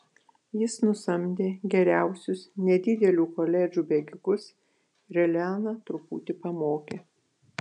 jis nusamdė geriausius nedidelių koledžų bėgikus ir eleną truputį pamokė